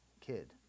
kid